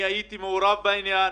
הייתי מעורב בעניין.